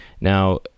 Now